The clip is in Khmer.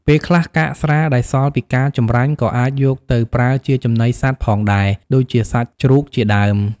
ពេលខ្លះ កាកស្រាដែលសល់ពីការចម្រាញ់ក៏អាចយកទៅប្រើជាចំណីសត្វផងដែរ ដូចជាសត្វជ្រូកជាដើម។